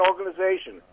organization